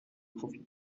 profite